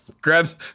grabs